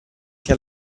che